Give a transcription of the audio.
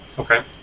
Okay